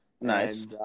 Nice